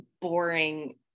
boring